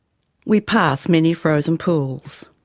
we pass many frozen pools.